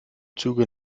züge